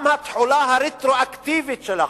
גם התחולה הרטרואקטיבית של החוק,